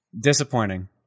Disappointing